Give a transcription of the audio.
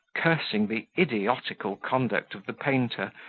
cursing the idiotical conduct of the painter,